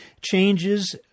changes